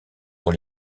pour